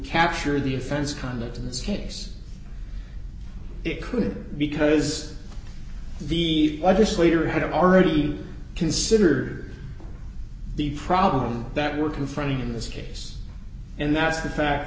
capture the offense conduct in this case it could because the legislature had already considered the problem that we're confronting in this case and that's the fact